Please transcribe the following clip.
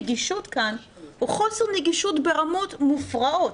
כלומר חוסר הנגישות כאן הוא חוסר נגישות ברמות מופרעות.